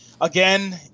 Again